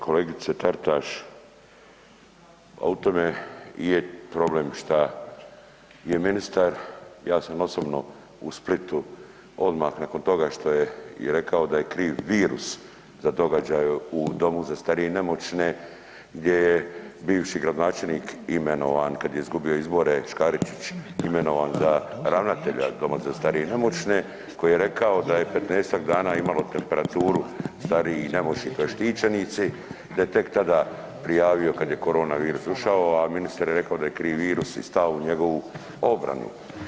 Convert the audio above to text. Kolegice Taritaš, pa u tome i je problem što je ministar ja sam osobno u Splitu odmah nakon toga što je rekao da je kriv virus za događaj u domu za starije i nemoćne, gdje je bivši gradonačelnik imenovan kad je izgubio izbore, Škaričić imenovan za ravnatelja Doma za starije i nemoćne, koji je rekao da je petnaestak dana imalo temperaturu, stariji i nemoćni tj. štićenici, da je tek tada prijavio kada je corona virus ušao, a ministar je rekao da je kriv virus i stao u njegovu obranu.